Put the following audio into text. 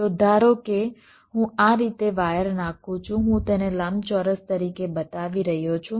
તો ધારો કે હું આ રીતે વાયર નાખું છું હું તેને લંબચોરસ તરીકે બતાવી રહ્યો છું